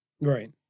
right